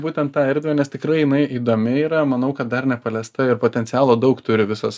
būtent tą erdvę nes tikrai jinai įdomi yra manau kad dar nepaliesta ir potencialo daug turi visos